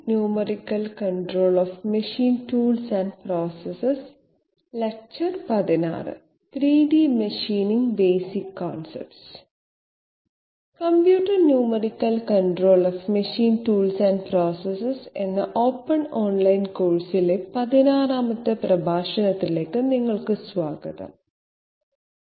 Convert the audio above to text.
3D machining basic concepts computer numerical control of machine tools and process എന്ന open online കോഴ്സിലെ 16 ാമത് പ്രഭാഷണത്തിലേക്ക് കാഴ്ചക്കാരെ സ്വാഗതം ചെയ്യുന്നു